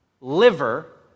liver